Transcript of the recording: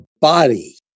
body